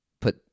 put